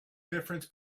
difference